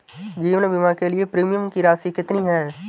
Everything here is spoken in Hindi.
जीवन बीमा के लिए प्रीमियम की राशि कितनी है?